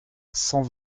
cent